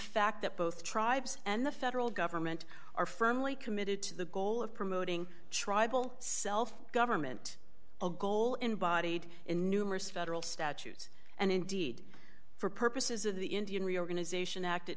fact that both tribes and the federal government are firmly committed to the goal of promoting tribal self government a goal embodied in numerous federal statutes and indeed for purposes of the indian reorganization act